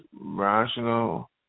rational